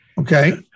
Okay